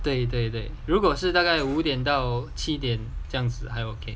对对对如果是大概五点到七点这样子 okay